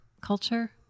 culture